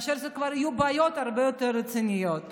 כאשר כבר יהיו בעיות הרבה יותר רציניות.